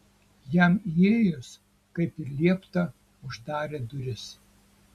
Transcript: jam įėjus kaip ir liepta uždarė duris